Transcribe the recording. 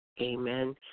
Amen